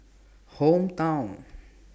Hometown